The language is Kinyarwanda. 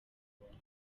ngombwa